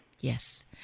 Yes